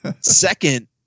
Second